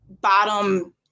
bottom